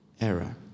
error